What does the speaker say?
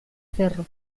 cerro